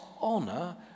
honor